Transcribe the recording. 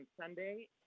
Sunday